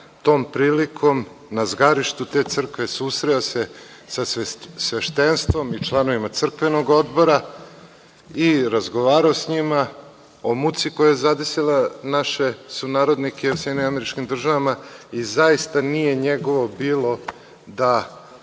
tom prilikom, na zgarištu te crkve, susreo se sa sveštenstvom i članovima crkvenog odbora i razgovarao sa njima o muci koja je zadesila naše sunarodnike u SAD i zaista nije njegovo bilo da